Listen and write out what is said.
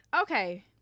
Okay